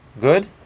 Good